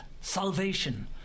salvation